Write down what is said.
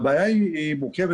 הבעיה היא מורכבת.